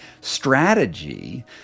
strategy